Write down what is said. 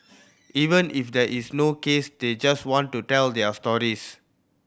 even if there is no case they just want to tell their stories